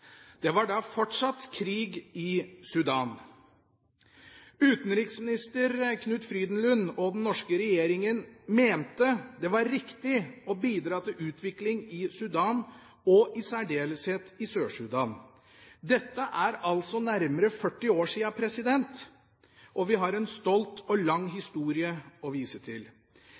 Det var da fortsatt krig i Sudan. Utenriksminister Knut Frydenlund og den norske regjeringen mente det var riktig å bidra til utvikling i Sudan og i særdeleshet i Sør-Sudan. Dette er altså nærmere 40 år siden, og vi har en stolt og lang historie å vise til.